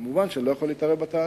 כמובן, אני לא יכול להתערב בתהליך,